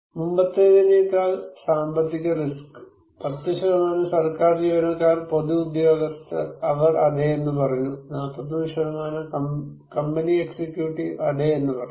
മുമ്പത്തേതിനേക്കാൾ സാമ്പത്തിക റിസ്ക് 10 സർക്കാർ ജീവനക്കാർ പൊതു ഉദ്യോഗസ്ഥർ അവർ അതെ എന്ന് പറഞ്ഞു 41 കമ്പനി എക്സിക്യൂട്ടീവ് അതെ എന്ന് പറഞ്ഞു